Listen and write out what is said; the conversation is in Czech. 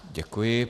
Děkuji.